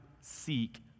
seek